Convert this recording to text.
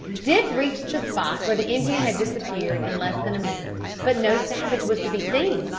dick reached the spot where the indian had disappeared in less than a minute, but no savage was to be seen!